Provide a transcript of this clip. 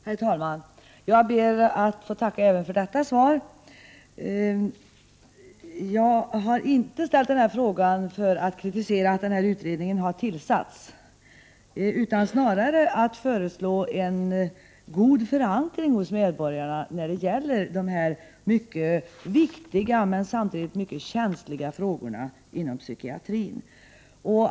Herr talman! Jag ber att få tacka även för detta svar. Jag har inte ställt den här frågan för att kritisera att utredningen har tillsatts, utan snarare för att föreslå en god förankring hos medborgarna när det gäller dessa mycket viktiga men samtidigt mycket känsliga frågor inom psykiatrin.